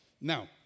Now